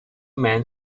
men